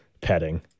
petting